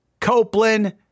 Copeland